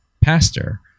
pastor